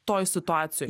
toj situacijoj